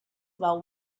about